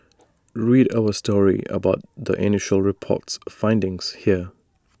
read our story about the initial report's findings here